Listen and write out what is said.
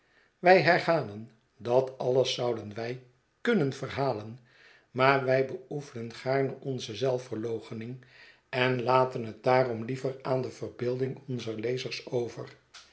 wij herhalen dat alles zouden wij kunnen verhalen maar wij beoefenen gaarne onze zelfverlooching en laten het daarom liever aan de verbeelding onzer lezers over